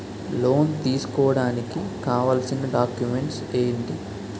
Loan తీసుకోడానికి కావాల్సిన documents ఎంటి?